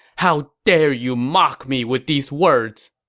how dare you mock me with these words!